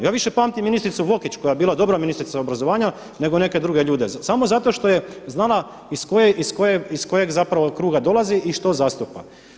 Ja više pamtim ministricu Vokić koja je bila dobra ministrica obrazovanja, nego neke druge ljude samo zato što je znala iz kojeg zapravo kruga dolazi i što zastupa.